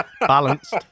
Balanced